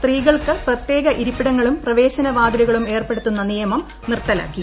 സ്ത്രീകൾക്ക് പ്രത്യേക ഇരിപ്പിടങ്ങളും പ്രവേശന വാതിലുകളും ഏർപ്പെടുത്തുന്ന നിയമം നിർത്തലാക്കി